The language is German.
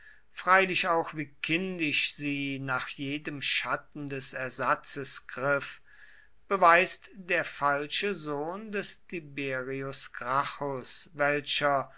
freilich auch wie kindisch sie nach jedem schatten des ersatzes griff beweist der falsche sohn des tiberius gracchus welcher